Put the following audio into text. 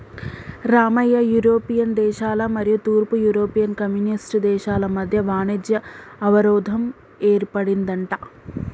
Ramayya European దేశాల మరియు తూర్పు యూరోపియన్ కమ్యూనిస్ట్ దేశాల మధ్య వాణిజ్య అవరోధం ఏర్పడిందంట